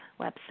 website